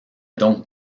donc